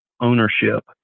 ownership